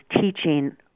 teaching